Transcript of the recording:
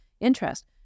interest